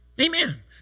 Amen